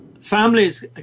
families